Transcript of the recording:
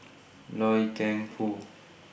Loy Keng Foo